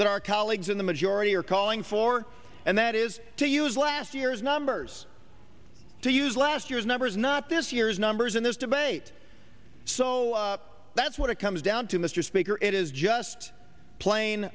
that our colleagues in the majority are calling for and that is to use last year's numbers to use last year's numbers not this year's numbers in this debate so that's what it comes down to mr speaker it is just plain